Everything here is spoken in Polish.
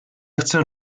chcę